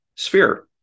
Sphere